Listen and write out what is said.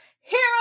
Hero